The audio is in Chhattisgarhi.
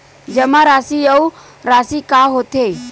जमा राशि अउ राशि का होथे?